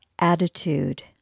attitude